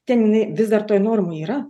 ten jinai vis dar toj normoj yra